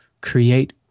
create